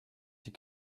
die